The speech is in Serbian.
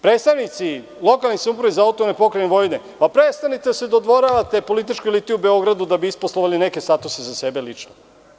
Predstavnici lokalnih samouprava iz AP Vojvodine, prestanite da se dodvoravate političkoj eliti u Beogradu da bi isposlovali neke statuse za sebe lično.